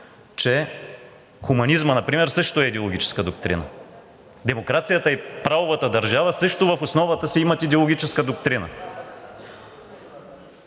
че хуманизмът например също е идеологическа доктрина, демокрацията и правовата държава също в основата си имат идеологическа доктрина.